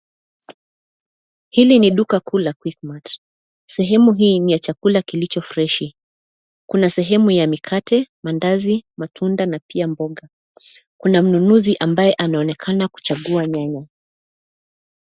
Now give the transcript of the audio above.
Hili ni duka kuu la quickmart .Sehemu hii ni ya chakula kilicho fresh .Kuna sehemu ya mikate, mandazi, matunda na pia mboga. Kuna mnunuzi ambaye anaonekana kuchagua nyanya.